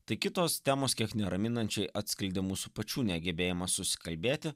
tai kitos temos kiek neraminančiai atskleidė mūsų pačių negebėjimas susikalbėti